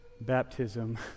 baptism